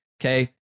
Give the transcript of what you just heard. okay